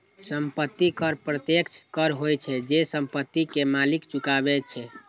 संपत्ति कर प्रत्यक्ष कर होइ छै, जे संपत्ति के मालिक चुकाबै छै